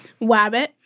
Wabbit